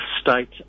state